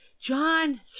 John